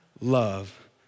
love